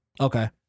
okay